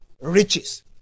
riches